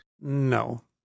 No